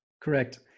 Correct